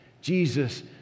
Jesus